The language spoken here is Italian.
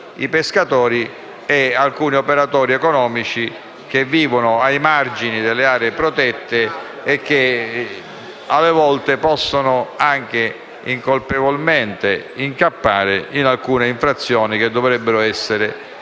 i pescatori e alcuni operatori economici che vivono ai margini delle aree protette e che, alle volte, possono, anche incolpevolmente, incappare in alcune infrazioni che dovrebbero essere di